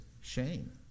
shame